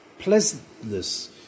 pleasantness